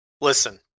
Listen